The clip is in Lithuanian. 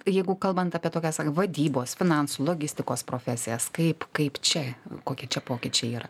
jeigu kalbant apie tokias vadybos finansų logistikos profesijas kaip kaip čia kokie čia pokyčiai yra